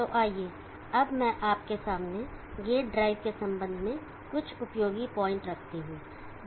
तो आइए अब मैं आपके सामने गेट ड्राइव के संबंध में कुछ उपयोगी पॉइंट रखता हूं